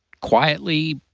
quietly,